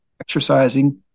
exercising